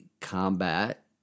combat